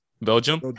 Belgium